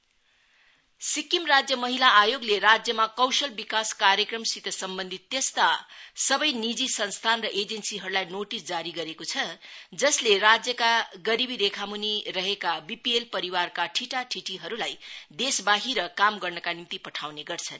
notice Sikkim राज्य महिला आयोगले राज्यमा कौशल विकास कार्यक्रमसित सम्बन्धित त्यस्ता सबै निजी संस्थान र एजेन्सीहरूलाई नोटिस जारी गरेको छ जसले राज्यका गरीबी रेखामूनी रहेका बीपीएल परिवारका ठिटा ठिटीहरूलाई देशबहिर काम गर्नका निम्ति पठाउने गर्छन्